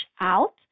out